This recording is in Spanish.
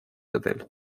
hotel